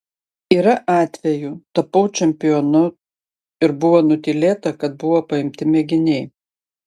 yra atvejų tapau čempionu ir buvo nutylėta kad buvo paimti mėginiai